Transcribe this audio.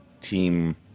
Team